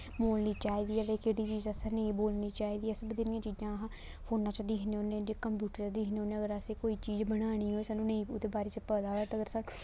बोलनी चाहिदी ऐ ते केह्ड़ी चीज असें नेईं बोलनी चाहिदी अस बथेरियां चीजां अस फोना च दिक्खने होन्ने कंप्यूटर च दिक्खने होन्ने अगर असें कोई चीज बनानी होए सानूं निं ओह्दे बारे च पता होऐ ते अगर सानूं